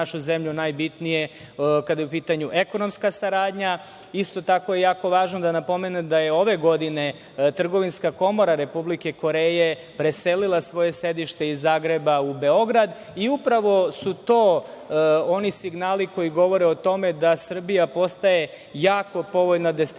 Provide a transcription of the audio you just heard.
našu zemlju najbitnije kada je u pitanju ekonomska saradnja. Isto tako je jako važno da napomenem da je ove godine Trgovinska komora Republike Koreje preselila svoje sedište iz Zagreba u Beograd i upravo su to oni signali koji govore o tome da Srbija postaje jako povoljna destinacija